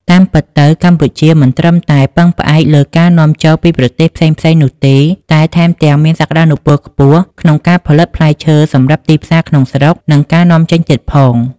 តាមពិតទៅ កម្ពុជាមិនត្រឹមតែពឹងផ្អែកលើការនាំចូលពីប្រទេសផ្សេងៗនោះទេ តែថែមទាំងមានសក្តានុពលខ្ពស់ក្នុងការផលិតផ្លែឈើសម្រាប់ទីផ្សារក្នុងស្រុក និងការនាំចេញទៀតផង។